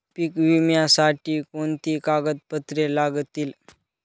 पीक विम्यासाठी कोणती कागदपत्रे लागतील?